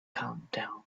countdown